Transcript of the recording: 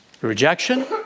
Rejection